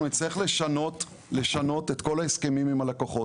אנחנו נצטרך לשנות את כל ההסכמים עם הלקוחות.